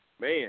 Man